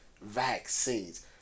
Vaccines